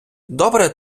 добре